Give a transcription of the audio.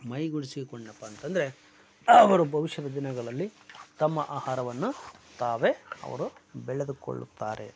ಮೈಗೂಡಿಸಿಕೊಂಡನಪ್ಪ ಅಂತಂದರೆ ಅವರು ಭವಿಷ್ಯದ ದಿನಗಳಲ್ಲಿ ತಮ್ಮ ಆಹಾರವನ್ನು ತಾವೇ ಅವರು ಬೆಳೆದುಕೊಳ್ಳುತ್ತಾರೆ